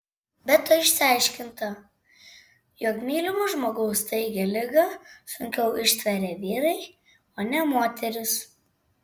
be to išsiaiškinta jog mylimo žmogaus staigią ligą sunkiau ištveria vyrai o ne moterys